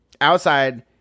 outside